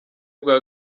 bwa